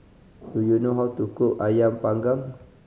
do you know how to cook Ayam Panggang